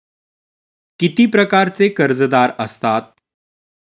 किती प्रकारचे कर्जदार असतात